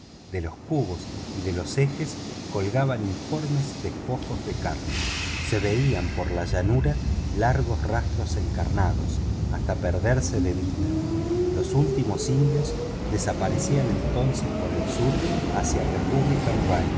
de los cubos y de los ejes colgaban informes despojos de carne se veían por la llanura largos rastros encarnados hasta perderse de vista los últimos indios desaparecían entonces por el sur hacia